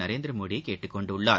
நரேந்திரமோடி கேட்டுக் கொண்டுள்ளார்